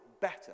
better